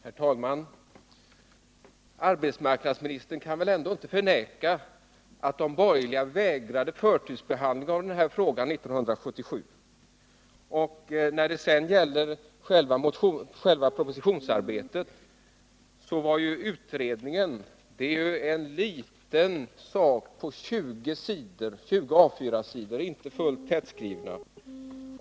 Herr talman! Arbetsmarknadsministern kan inte förneka att de borgerliga vägrade förtursbehandla denna fråga 1977. När det sedan gäller propositionsarbetet vill jag påpeka att det gäller en liten utredning på 20 glest skrivna A 5-sidor.